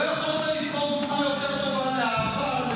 לא יכולת לבחור דוגמה יותר טובה לאהבה,